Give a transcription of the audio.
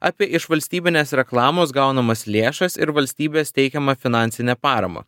apie iš valstybinės reklamos gaunamas lėšas ir valstybės teikiamą finansinę paramą